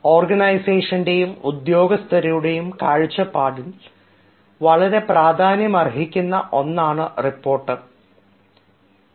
ഓർഗനൈസേഷൻറെയും ഉദ്യോഗസ്ഥരുടെയും കാഴ്ചപ്പാട് വളരെ പ്രാധാന്യമർഹിക്കുന്ന ഒന്നാണ് റിപ്പോർട്ടുകൾ